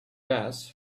gas